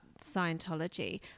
scientology